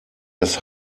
das